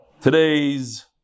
today's